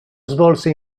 svolse